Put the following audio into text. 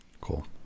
Cool